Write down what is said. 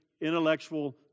intellectual